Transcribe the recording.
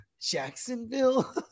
Jacksonville